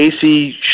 Casey